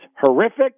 horrific